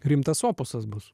rimtas opusas bus